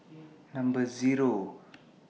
Number Zero